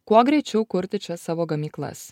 kuo greičiau kurti čia savo gamyklas